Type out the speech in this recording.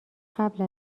قبل